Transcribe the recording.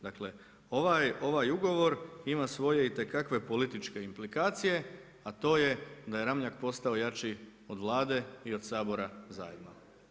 Dakle, ovaj ugovor ima svoje itekakve političke implikacije, a to je da je Ramljak postao jači od Vlade i od Sabora zajedno.